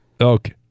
Okay